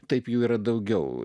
taip jų yra daugiau